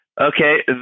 okay